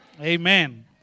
Amen